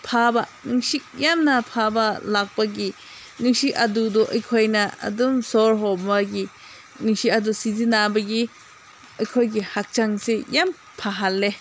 ꯐꯕ ꯅꯨꯡꯁꯤꯠ ꯌꯥꯝꯅ ꯐꯕ ꯂꯥꯛꯄꯒꯤ ꯅꯨꯡꯁꯤꯠ ꯑꯗꯨꯗꯣ ꯑꯩꯈꯣꯏꯅ ꯑꯗꯨꯝ ꯁꯣꯔ ꯍꯣꯟꯕꯒꯤ ꯅꯨꯡꯁꯤꯠ ꯑꯗꯣ ꯁꯤꯖꯤꯟꯅꯕꯒꯤ ꯑꯩꯈꯣꯏꯒꯤ ꯍꯛꯆꯥꯡꯁꯦ ꯌꯥꯝ ꯐꯍꯜꯂꯦ